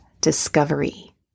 discovery